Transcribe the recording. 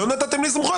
לא נתתם לי סמכויות,